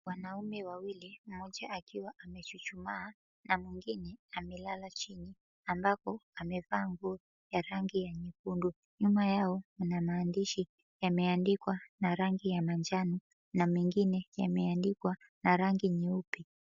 Wanaume wawili mmoja akiwa amechuchumaa na mwengine amelala chini ambapo amevaa nguo ya rangi ya nyekundu nyuma yao kuna maandishi yameandikwa na rangi ya manjano na mengine yameandikwa na rangi nyeupe.